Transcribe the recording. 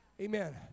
Amen